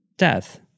death